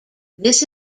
this